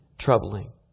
troubling